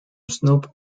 snoop